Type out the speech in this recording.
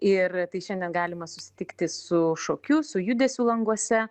ir tai šiandien galima susitikti su šokiu su judesiu languose